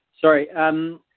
Sorry